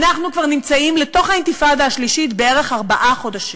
אנחנו כבר נמצאים בתוך האינתיפאדה השלישית בערך ארבעה חודשים.